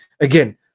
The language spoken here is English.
Again